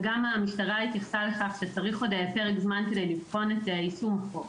וגם המשטרה התייחסה לכך שצריך עוד פרק זמן כדי לבחון את יישום החוק.